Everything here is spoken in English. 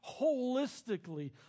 holistically